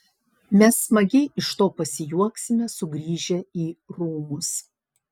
mes smagiai iš to pasijuoksime sugrįžę į rūmus